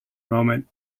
moment